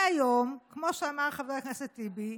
מהיום, כמו שאמר חבר הכנסת טיבי,